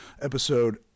episode